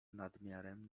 nadmiarem